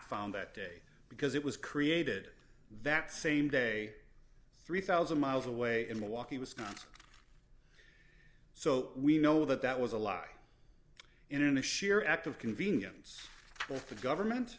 found that day because it was created that same day three thousand miles away in milwaukee wisconsin so we know that that was a lie in a sheer act of convenience for the government